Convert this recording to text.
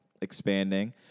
expanding